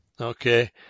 Okay